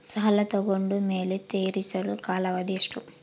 ಸಾಲ ತಗೊಂಡು ಮೇಲೆ ತೇರಿಸಲು ಕಾಲಾವಧಿ ಎಷ್ಟು?